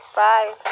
bye